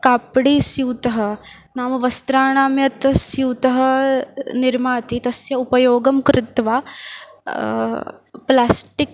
काप्डी स्यूतः नाम वस्त्राणां यः स्यूतः निर्माति तस्य उपयोगं कृत्वा प्लास्टिक्